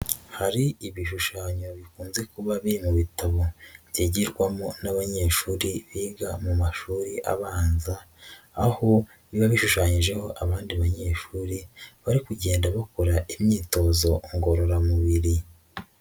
Hari ibishushanyo bikunze kuba biri mu bitabo, byigirwamo n'abanyeshuri biga mu mashuri abanza, aho biba bishushanyijeho abandi banyeshuri, bari kugenda bakora imyitozo ngororamubiri.